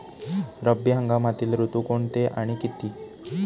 रब्बी हंगामातील ऋतू कोणते आणि किती?